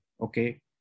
okay